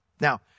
Now